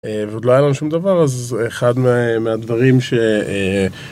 אה... ועוד לא היה לנו שום דבר, אז זה אחד מ-מהדברים ש-אה...